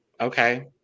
Okay